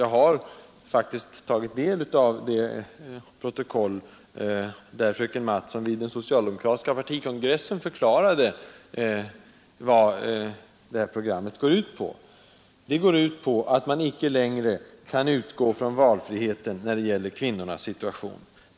Jag har faktiskt tagit del av det protokoll där fröken Mattson vid den socialdemokratiska partikongressen förklarade vad programmet går ut på. Det går ut på att man icke längre kan tala om valfrihet när det gäller kvinnornas situation.